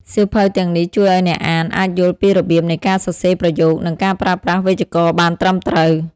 សៀវភៅទាំងនេះជួយឲ្យអ្នកអានអាចយល់ពីរបៀបនៃការសរសេរប្រយោគ និងការប្រើប្រាស់វេយ្យាករណ៍បានត្រឹមត្រូវ។